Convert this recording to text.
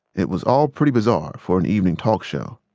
it was all pretty bizarre for an evening talk show.